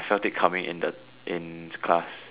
felt it coming in the in class